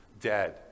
dead